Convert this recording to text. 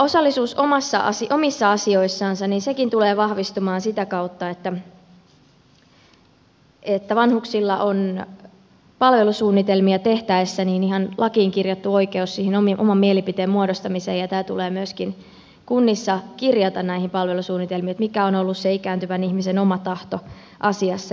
osallisuus omissa asioissansakin tulee vahvistumaan sitä kautta että vanhuksilla on palvelusuunnitelmia tehtäessä lakiin kirjattu oikeus oman mielipiteen muodostamiseen ja se tulee myöskin kunnissa kirjata näihin palvelusuunnitelmiin että mikä on ollut ikääntyvän ihmisen oma tahto asiassa